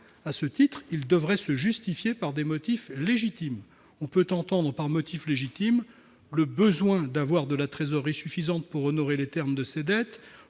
À ce titre, ils devraient se justifier par des motifs légitimes. On peut entendre par « motifs légitimes » le besoin d'avoir de la trésorerie suffisante pour honorer les termes de ses dettes,